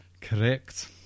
Correct